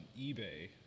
eBay